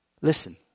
Listen